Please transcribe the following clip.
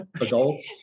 adults